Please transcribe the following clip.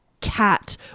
cat